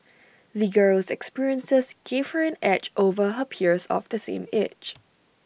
the girl's experiences gave her an edge over her peers of the same age